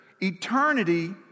eternity